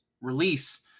release